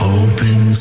Hoping